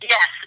Yes